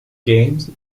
games